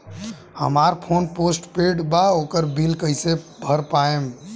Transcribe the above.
हमार phone postpaid बा ओकर बिल कईसे भर पाएम?